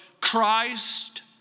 Christ